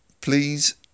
please